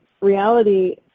reality